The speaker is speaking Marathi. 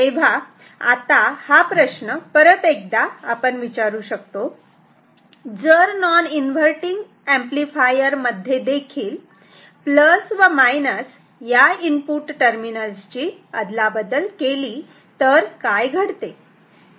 तेव्हा आता हा प्रश्न परत एकदा आपण विचारू शकतो जर नॉन इन्व्हर्टटिंग एंपलीफायर मध्ये देखील प्लस व मायनस या इनपुट टर्मिनल्स ची अदलाबदल केली तर काय घडते